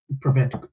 Prevent